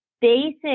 basic